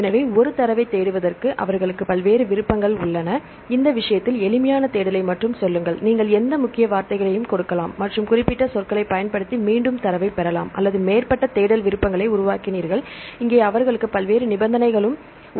எனவே ஒரு தரவைத் தேடுவதற்கு அவர்களுக்கு பல்வேறு விருப்பங்கள் உள்ளன இந்த விஷயத்தில் எளிமையான தேடலை மட்டும் சொல்லுங்கள் நீங்கள் எந்த முக்கிய வார்த்தைகளையும் கொடுக்கலாம் மற்றும் குறிப்பிட்ட சொற்களைப் பயன்படுத்தி மீண்டும் தரவைப் பெறலாம் அல்லது மேம்பட்ட தேடல் விருப்பங்களை உருவாக்கினார்கள் இங்கே அவர்களுக்கு பல்வேறு நிபந்தனைகள் உள்ளன